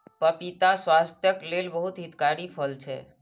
पपीता स्वास्थ्यक लेल बहुत हितकारी फल छै